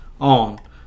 on